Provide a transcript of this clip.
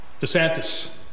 DeSantis